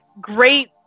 great